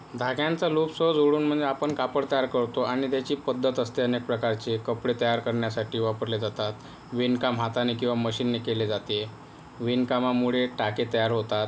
धाग्यांचा loops जोडून म्हणजे आपण कापड तयार करतो आणि त्याची पद्धत असते अनेक प्रकारची कपडे तयार करण्यासाठी वापरले जातात विणकाम हाताने किंवा मशीनने केले जाते विणकामामुळे टाके तयार होतात